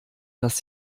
dass